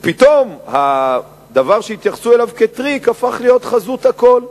ופתאום הדבר שהתייחסו אליו כטריק הפך להיות חזות הכול.